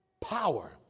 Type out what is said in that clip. Power